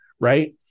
right